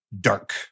dark